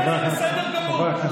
זה בסדר גמור.